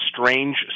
strange